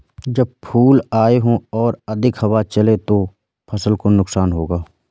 जब फूल आए हों और अधिक हवा चले तो फसल को नुकसान होगा?